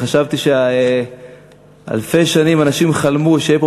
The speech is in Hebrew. חשבתי שאלפי שנים אנשים חלמו שתהיה פה